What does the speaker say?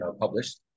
published